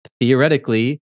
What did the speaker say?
theoretically